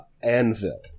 anvil